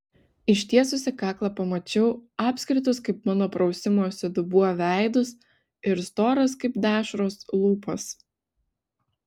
ištiesusi kaklą pamačiau apskritus kaip mano prausimosi dubuo veidus ir storas kaip dešros lūpas